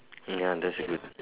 ya that is a good